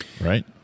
right